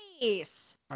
Nice